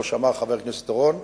כמו שאמר חבר הכנסת אורון,